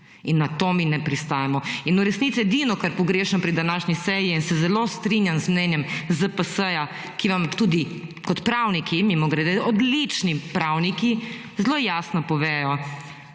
In na to mi ne pristajamo. In v resnici edino kar pogrešam pri današnji seji in se zelo strinjam z mnenjem ZPS, ki vam tudi kot pravniki mimogrede, odlični pravniki, zelo jasno povedo,